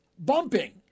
bumping